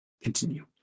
continue